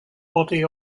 body